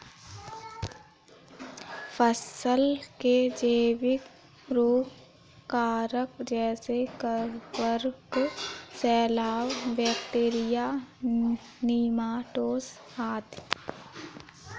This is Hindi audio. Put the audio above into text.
फसल के जैविक रोग कारक जैसे कवक, शैवाल, बैक्टीरिया, नीमाटोड आदि है